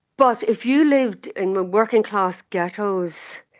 but if you lived in the working class ghettos,